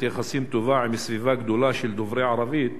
יחסים טובה עם סביבה גדולה של דוברי ערבית